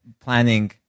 planning